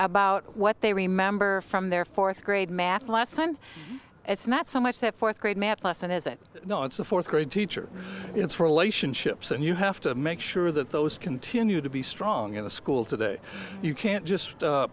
about what they remember from their fourth grade math lesson it's not so much that fourth grade math lesson is that no it's a fourth grade teacher it's relationships and you have to make sure that those continue to be strong in the school today you can't just